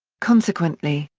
consequently,